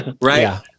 right